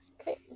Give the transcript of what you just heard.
Okay